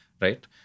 Right